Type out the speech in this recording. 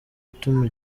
ituma